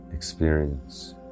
Experience